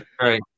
right